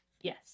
Yes